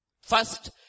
First